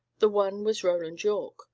the one was roland yorke,